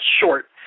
short